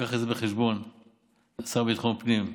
לשר לביטחון פנים,